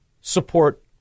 support